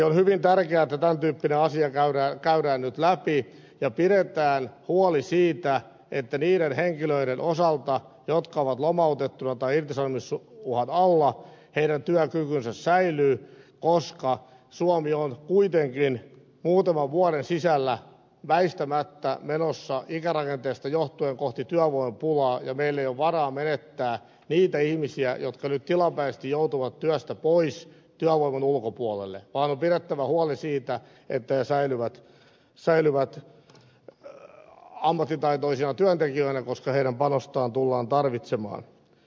on hyvin tärkeää että tämän tyyppinen asia käydään nyt läpi ja pidetään huoli siitä että niiden henkilöiden osalta jotka ovat lomautettuina tai irtisanomisuhan alla työkyky säilyy koska suomi on kuitenkin muutaman vuoden sisällä väistämättä menossa ikärakenteesta johtuen kohti työvoimapulaa ja meillä ei ole varaa menettää niitä ihmisiä jotka nyt tilapäisesti joutuvat työstä pois työvoiman ulkopuolelle vaan on pidettävä huoli siitä että he säilyvät ammattitaitoisina työntekijöinä koska heidän panostaan tullaan tarvitsemaan